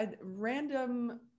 random